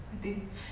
poor thing